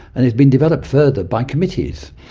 and it has been developed further by committees.